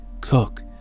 Cook